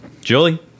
Julie